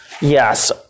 Yes